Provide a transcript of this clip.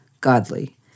godly